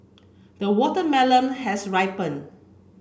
the watermelon has ripen